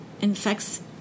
infects